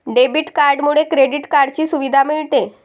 debit कार्डमुळे credit कार्डची सुविधा मिळते